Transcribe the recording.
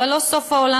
אבל לא סוף העולם,